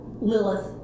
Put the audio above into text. Lilith